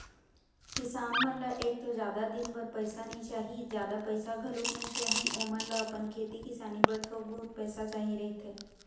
किसान मन ल एक तो जादा दिन बर पइसा नइ चाही, जादा पइसा घलोक नइ चाही, ओमन ल अपन खेती किसानी बर थोक बहुत पइसा चाही रहिथे